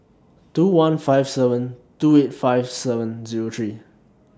two one five seven two eight five seven Zero three